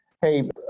hey